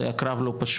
זה היה קרב לא פשוט.